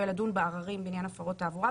יהיה לדון בעררים בעניין הפרות תעבורה,